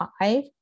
five